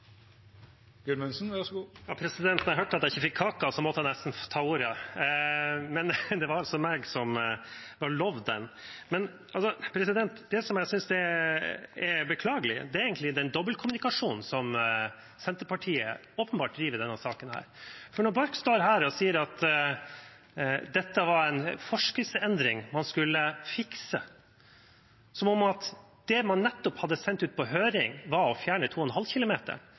jeg hørte at jeg ikke fikk kake, måtte jeg nesten ta ordet, men det var altså jeg som var lovet den. Det som jeg synes er beklagelig, er egentlig den dobbeltkommunikasjonen som Senterpartiet åpenbart driver i denne saken. Når representanten Borch står her og sier at dette var en forskriftsendring man skulle fikse – som om det man nettopp hadde sendt ut på høring, var å fjerne 2,5